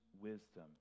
wisdom